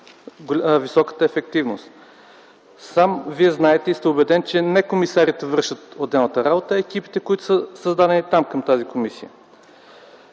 високата ефективност. Сам Вие знаете и сте обеден, че не комисарите вършат отделната работа, а екипите, които са създадени към тази комисия.